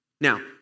Now